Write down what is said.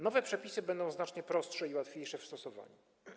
Nowe przepisy będą znacznie prostsze i łatwiejsze w stosowaniu.